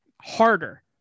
harder